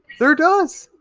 there does!